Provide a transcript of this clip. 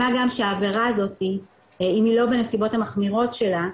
מה גם שהעבירה הזאת אם היא לא בסיבות המחמירות שלה,